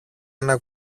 ένα